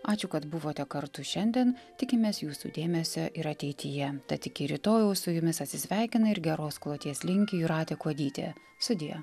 ačiū kad buvote kartu šiandien tikimės jūsų dėmesio ir ateityje tad iki rytojaus su jumis atsisveikina ir geros kloties linki jūratė kuodytė sudie